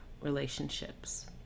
relationships